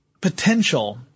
potential –